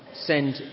send